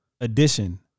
edition